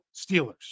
Steelers